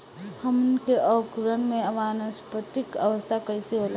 हमन के अंकुरण में वानस्पतिक अवस्था कइसे होला?